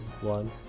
one